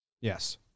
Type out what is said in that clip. Yes